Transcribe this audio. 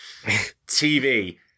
TV